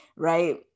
Right